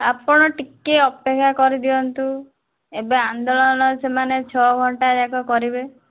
ଆପଣ ଟିକିଏ ଅପେକ୍ଷା କରି ଦିଅନ୍ତୁ ଏବେ ଆନ୍ଦୋଳନ ସେମାନେ ଛଅ ଘଣ୍ଟା ଯାକ କରିବେ